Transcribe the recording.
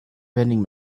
vending